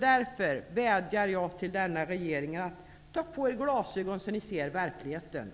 Därför vädjar jag till denna regerings ledamöter att ta på sig glasögon, så att de ser verkligheten.